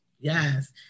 yes